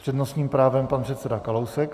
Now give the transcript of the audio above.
S přednostním právem pan předseda Kalousek.